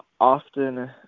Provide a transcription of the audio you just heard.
often